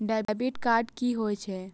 Debit card कि होई छै?